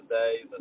days